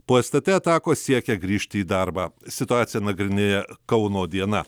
po es t t atakos siekia grįžti į darbą situaciją nagrinėja kauno diena